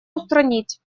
устранить